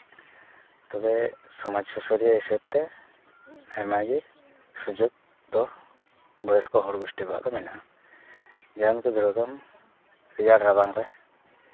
ᱛᱚᱵᱮ ᱥᱚᱢᱟᱡᱽ ᱥᱩᱥᱟᱹᱨᱤᱭᱟᱹ ᱦᱤᱥᱟᱹᱵ ᱛᱮ ᱟᱭᱢᱟ ᱜᱮ ᱥᱩᱡᱚᱜᱽ ᱫᱚ ᱵᱚᱭᱚᱥᱠᱚ ᱦᱚᱲ ᱜᱳᱥᱴᱤ ᱠᱚᱣᱟᱜ ᱫᱚ ᱢᱮᱱᱟᱜᱼᱟ ᱡᱟᱦᱟᱸ ᱞᱮᱠᱟ ᱫᱷᱩᱨᱟᱹᱣ ᱠᱚᱜ ᱟᱢ ᱨᱮᱭᱟᱲ ᱨᱟᱵᱟᱝ ᱨᱮ